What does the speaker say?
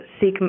seek